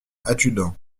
adjudant